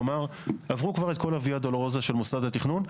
כלומר עברו כבר את כל הויה דולורוזה של מוסד התכנון,